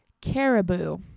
caribou